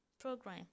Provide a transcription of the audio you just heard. program